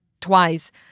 twice